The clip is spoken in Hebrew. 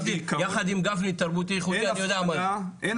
יחד עם גפני תרבותי ייחודי אני יודע מה זה.